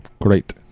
Great